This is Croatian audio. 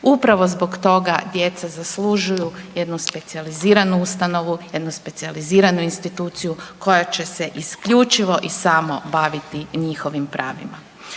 Upravo zbog toga djeca zaslužuju jednu specijaliziranu ustanovu, jednu specijaliziranu instituciju koja će se isključivo i samo baviti njihovim pravima.